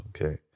Okay